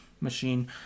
machine